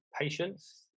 patience